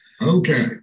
Okay